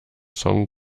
song